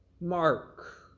mark